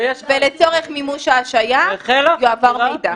ולצורך מימוש ההשעיה יועבר מידע.